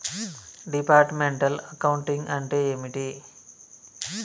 Departmental accounting అంటే ఏమిటి?